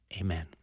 Amen